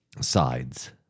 sides